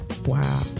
Wow